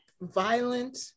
violent